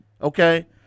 okay